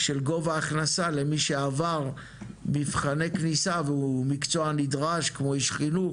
של גובה הכנסה למי שעבר מבחני כניסה והוא מקצוע נדרש כמו איש חינוך,